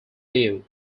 view